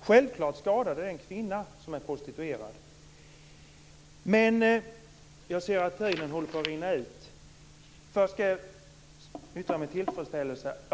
Självklart skadar det den kvinna som är prostituerad. Jag ser att talartiden rinner ut, så jag återkommer.